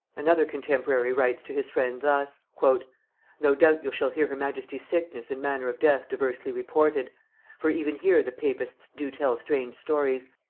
another contemporary writes to his friend thus. no doubt you shall hear her majesty's sickness and manner of death diversly reported for even here the papists do tell strange stories,